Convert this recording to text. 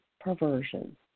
perversion